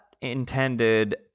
intended